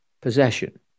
possession